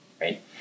right